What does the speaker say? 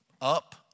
Up